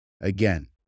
Again